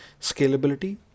scalability